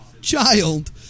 child